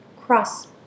cross